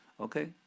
Okay